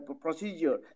procedure